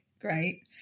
great